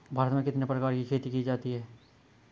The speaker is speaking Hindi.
भारत में कितने प्रकार की खेती की जाती हैं?